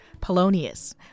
Polonius